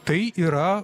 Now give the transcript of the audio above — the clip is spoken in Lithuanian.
tai yra